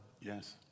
Yes